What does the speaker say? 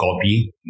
copy